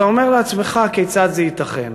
אתה אומר לעצמך: כיצד זה ייתכן?